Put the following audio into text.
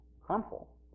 harmful